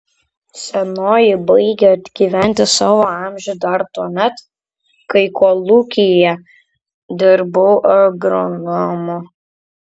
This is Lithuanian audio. senoji baigė atgyventi savo amžių dar tuomet kai kolūkyje dirbau agronomu